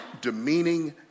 demeaning